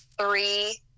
three